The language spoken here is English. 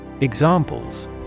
Examples